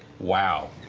wow.